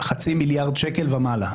חצי מיליארד שקל ומעלה.